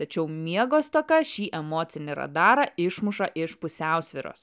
tačiau miego stoka šį emocinį radarą išmuša iš pusiausvyros